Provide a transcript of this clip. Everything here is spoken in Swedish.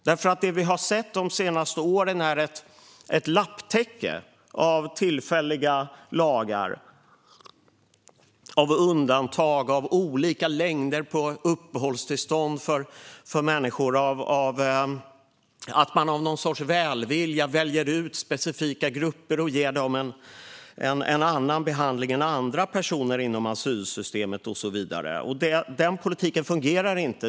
Det vi har sett de senaste åren är ett lapptäcke av tillfälliga lagar och undantag, olika längd på uppehållstillstånd för människor samt att man av någon sorts välvilja väljer ut specifika grupper och ger dem en annan behandling än andra personer inom asylsystemet och så vidare. Den politiken fungerar inte.